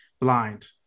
blind